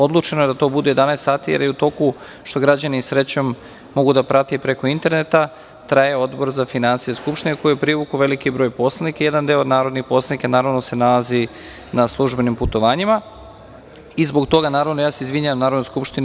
Odlučeno je da to bude 11.00 časova, jer je u toku, što građani srećom mogu da prate preko interneta, traje Odbor za finansije skupštine koji je privukao veliki broj poslanika i jedan deo narodnih poslanika se nalazi na službenim putovanjima, i zbog toga naravno, ja se izvinjavam Narodnoj skupštini.